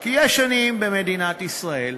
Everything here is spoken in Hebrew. כי יש עניים במדינת ישראל,